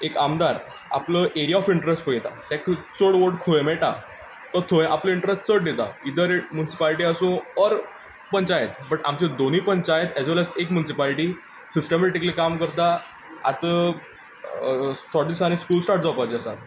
एक आमदार आपलो एरिया ऑफ इंट्रेश्ट पळयता ताका चड व्होट खंय मेळटा तो थंय आपलो इंट्रेश्ट चड दिता इदर इन मुनसिपालीटी आसूं ओर पंचायत बट आमची होनी पंचायत एड व्हेल एज मुनसिपालीटी सिस्टमेटीकली काम करता आतां थोडे दिसांनी स्कूल स्टार्ट जावपा आसा